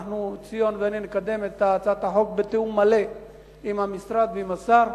ציון ואני נקדם את הצעת החוק בתיאום מלא עם המשרד ועם השר,